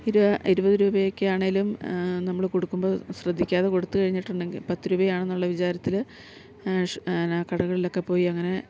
ഇരുപത് രൂപയൊക്കെ ആണെങ്കിലും നമ്മൾ കൊടുക്കുമ്പോൾ ശ്രദ്ധിക്കാതെ കൊടുത്തു കഴിഞ്ഞിട്ടുണ്ടെങ്കിൽ പത്ത് രൂപയാണെന്നുള്ള വിചാരത്തിൽ ന്നെ കടകളിലൊക്കെ പോയി അങ്ങനെ